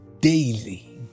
daily